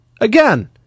again